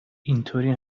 اینطوری